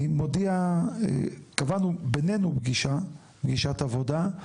אני מודיע, קבענו בינינו פגישת עבודה.